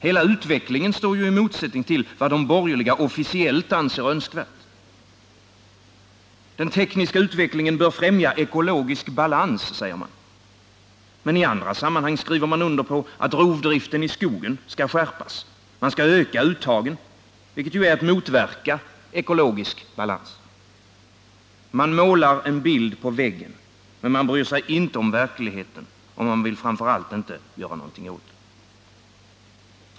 Hela utvecklingen står i motsättning till vad de borgerliga officiellt anser önskvärt. Den tekniska utvecklingen bör främja ekologisk balans, säger man. Men i andra sammanhang skriver man under på att rovdriften i skogen skall skärpas — man skall öka uttagen, vilket är att motverka ekologisk balans. Man målar en bild på väggen. Men man bryr sig inte om verkligheten, och man vill framför allt inte göra något åt den.